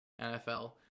nfl